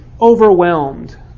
overwhelmed